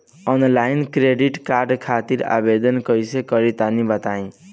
Offline credit card खातिर आवेदन कइसे करि तनि बताई?